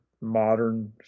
modern